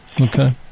Okay